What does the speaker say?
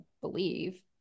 believe